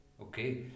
okay